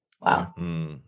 Wow